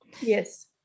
Yes